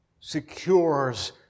secures